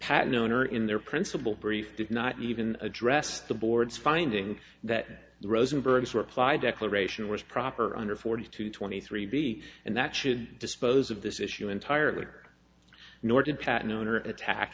patten owner in their principle brief did not even address the board's findings that the rosenbergs reply declaration was proper under forty two twenty three b and that should dispose of this issue entirely nor did patten own or attack